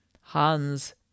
Hans